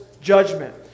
judgment